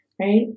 right